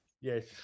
yes